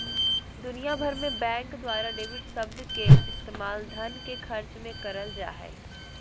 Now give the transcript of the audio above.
दुनिया भर के बैंक द्वारा डेबिट शब्द के इस्तेमाल धन के खर्च मे करल जा हय